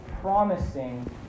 promising